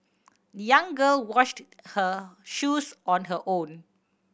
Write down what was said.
the young girl washed her shoes on her own